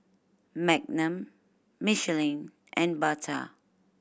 Magnum Michelin and Bata